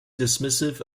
dismissive